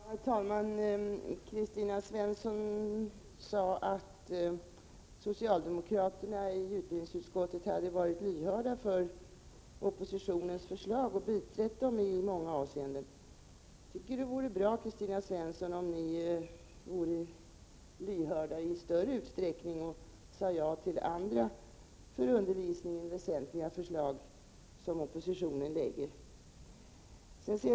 Herr talman! Kristina Svensson sade att socialdemokraterna i utbildningsutskottet hade varit lyhörda för oppositionens förslag och biträtt dem i många avseenden. Jag tycker att det vore bra, Kristina Svensson, om ni vore lyhörda i större utsträckning och sade ja till andra för undervisningen väsentliga förslag som oppositionen lägger fram.